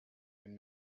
been